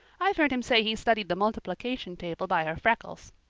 i've heard him say he studied the multiplication table by her freckles.